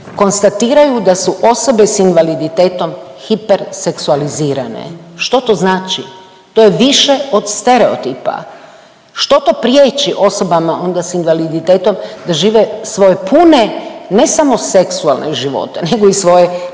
konstatiraju da su osobe s invaliditetom hiperseksualizirane. Što to znači? To je više od stereotipa. Što to priječi onda osobama s invaliditetom da žive svoje pune ne samo seksualne živote nego i svoje kreativne